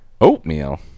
Oatmeal